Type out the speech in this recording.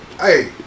hey